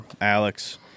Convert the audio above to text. Alex